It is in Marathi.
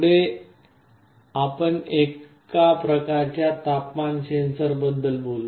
पुढे आपण एका प्रकारच्या तापमान सेन्सरबद्दल बोलू